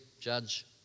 judge